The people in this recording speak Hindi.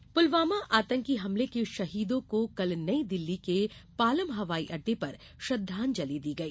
शहीद शव पुलवामा आतंकी हमले के शहीदों को कल नई दिल्ली के पालम हवाई अड्डे पर श्रद्वांजलि दी गई